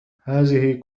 هذه